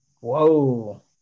Whoa